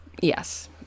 Yes